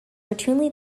routinely